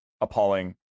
appalling